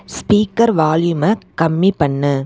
speaker வால்யூமை கம்மி பண்ணு